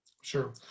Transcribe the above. Sure